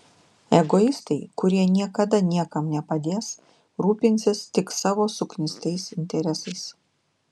egoistai kurie niekada niekam nepadės rūpinsis tik savo suknistais interesais